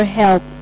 help